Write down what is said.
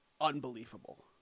unbelievable